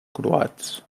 croats